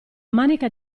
manica